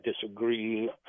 disagree